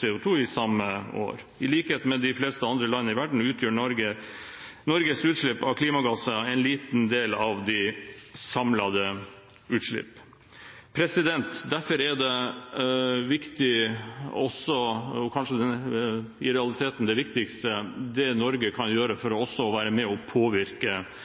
CO2 samme år. Som for de fleste andre land i verden utgjør Norges utslipp av klimagasser en liten del av de samlede utslippene. Derfor er det viktig – og i realiteten kanskje det viktigste – hva Norge kan gjøre for